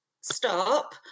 stop